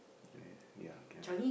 i guess ya can